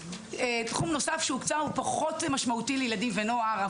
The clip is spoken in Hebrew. תחום נוסף שהוקצה הוא פחות משמעותי לילדים ונוער,